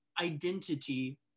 identity